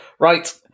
Right